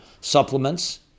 supplements